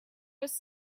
was